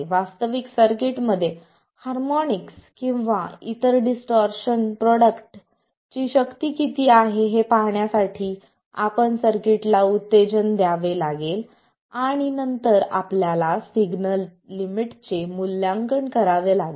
वास्तविक सर्किटमध्ये हार्मोनिक्स किंवा इतर डिस्टॉर्शन प्रोडक्टची शक्ती किती आहे हे पाहण्यासाठी आपण सर्किटला उत्तेजन द्यावे लागेल आणि नंतर आपल्या सिग्नल लिमिटचे मूल्यांकन करावे लागेल